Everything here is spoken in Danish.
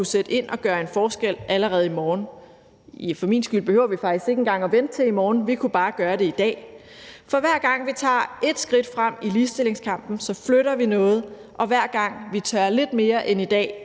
sætte ind og gøre en forskel allerede i morgen, og for min skyld behøver vi faktisk ikke engang at vente til i morgen, for vi kunne bare gøre det i dag. For hver gang vi tager et skridt frem i ligestillingskampen, flytter vi noget, og hver gang vi tør lidt mere end i dag,